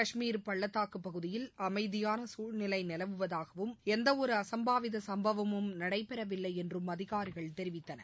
காஷ்மீர் பள்ளத்தாக்கு பகுதியில் அமைதியான சூழ்நிலை நிலவுவதாகவும் எந்தவொரு அசம்பாவித சம்பவமும் நடைபெறவில்லை என்றும் அதிகாரிகள் தெரிவித்தனர்